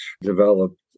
developed